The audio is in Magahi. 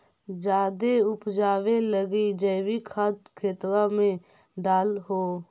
जायदे उपजाबे लगी जैवीक खाद खेतबा मे डाल हो?